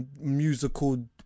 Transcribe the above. musical